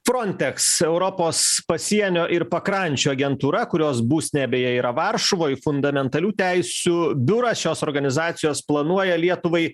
frontex europos pasienio ir pakrančių agentūra kurios būstinė beje yra varšuvoj fundamentalių teisių biuras šios organizacijos planuoja lietuvai